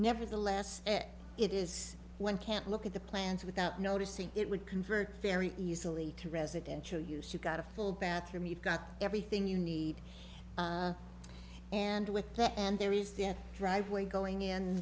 nevertheless it is one can't look at the plans without noticing it would convert very easily to residential use you've got a full bathroom you've got everything you need and with the end there is the driveway going in